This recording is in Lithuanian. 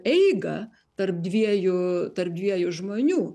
eigą tarp dviejų tarp dviejų žmonių